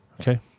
Okay